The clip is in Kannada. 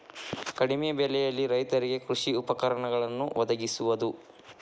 ಕಡಿಮೆ ಬೆಲೆಯಲ್ಲಿ ರೈತರಿಗೆ ಕೃಷಿ ಉಪಕರಣಗಳನ್ನು ವದಗಿಸುವದು